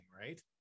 right